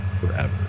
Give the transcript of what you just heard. forever